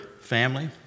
family